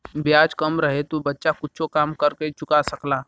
ब्याज कम रहे तो बच्चा कुच्छो काम कर के चुका सकला